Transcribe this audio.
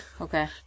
Okay